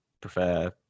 prefer